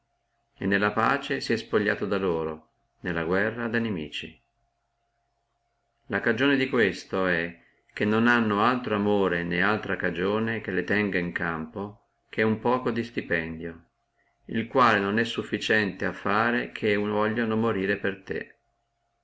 e nella pace se spogliato da loro nella guerra da nimici la cagione di questo è che le non hanno altro amore né altra cagione che le tenga in campo che uno poco di stipendio il quale non è sufficiente a fare che voglino morire per te